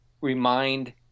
remind